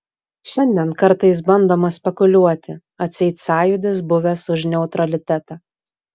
šiandien kartais bandoma spekuliuoti atseit sąjūdis buvęs už neutralitetą